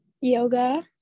yoga